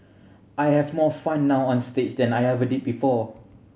I have more fun now on stage than I ever did before